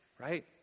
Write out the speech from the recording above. right